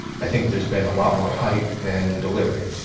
i think there's been a lot more hype than delivery.